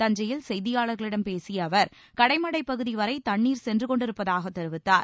தஞ்சையில் செய்தியாளர்களிடம் பேசிய அவர் கடைமடைப் பகுதி வரை தண்ணீர் சென்று கொண்டிருப்பதாகத் தெரிவித்தார்